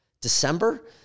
December